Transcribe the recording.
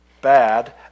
bad